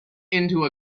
into